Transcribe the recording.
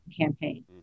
campaign